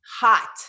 hot